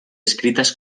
escritas